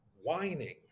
whining